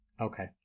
Okay